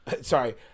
Sorry